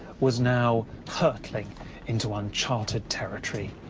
was now hurtling into uncharted territory.